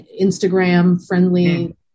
Instagram-friendly